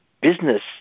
business